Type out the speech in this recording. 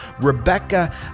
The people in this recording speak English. Rebecca